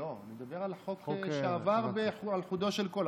לא, אני מדבר על החוק שעבר על חודו של קול.